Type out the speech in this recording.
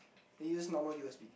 I use normal U_S_B